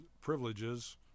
privileges